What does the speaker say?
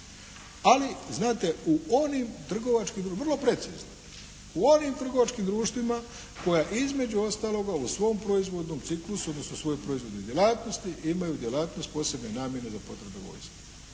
ali znate u onim trgovačkim, vrlo precizno, u onim trgovačkim društvima koja između ostaloga u svom proizvodnom ciklusu, odnosno svojoj proizvodnoj djelatnosti imaju djelatnost posebne namjene za potrebe vojske.